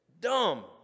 Dumb